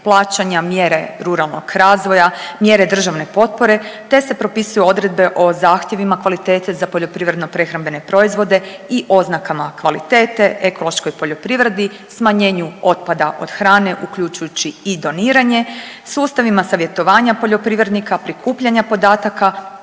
plaćanja, mjere ruralnog razvoja, mjere državne potpore te se propisuju odredbe o zahtjevima kvalitete za poljoprivredno-prehrambene proizvode i oznakama kvalitete, ekološkoj poljoprivredi, smanjenju otpada od hrane uključujući i doniranje, sustavima savjetovanja poljoprivrednika, prikupljanja podataka